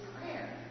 prayer